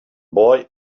boy